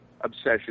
obsession